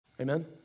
Amen